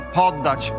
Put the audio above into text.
poddać